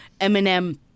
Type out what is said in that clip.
Eminem